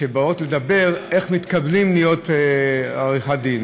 שמדברות על איך מתקבלים לעריכת דין.